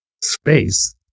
space